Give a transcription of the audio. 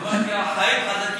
אמרתי: החיים חזקים.